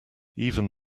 even